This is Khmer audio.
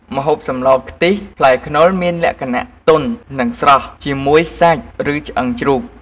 ម្ហូបសម្លខ្ទិះ ផ្លែខ្នុរមានលក្ខណៈទន់ និងស្រស់ ជាមួយសាច់ ឬឆ្អឹងជ្រូក។